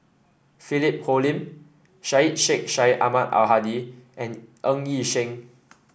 Philip Hoalim Syed Sheikh Syed Ahmad Al Hadi and Ng Yi Sheng